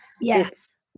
Yes